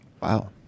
Wow